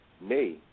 Nay